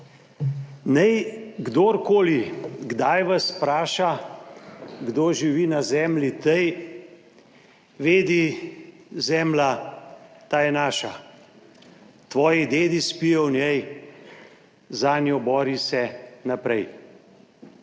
Naj kdorkoli kdaj vas vpraša, kdo živi na zemlji tej, vedi zemlja, ta je naša, tvoji dedi spijo v njej, zanjo bori se naprej!